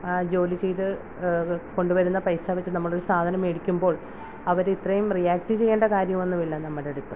ജോലി ചെയ്ത് കൊണ്ടു വരുന്ന പൈസാ വെച്ച് നമ്മളൊരു സാധനം മേടിക്കുമ്പോൾ അവരിത്രേം റിയാക്ട് ചെയ്യേണ്ട കാര്യമൊന്നുമില്ല നമ്മുടടുത്ത്